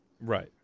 right